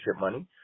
money